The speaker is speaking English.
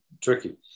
tricky